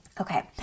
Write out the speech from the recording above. Okay